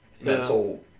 mental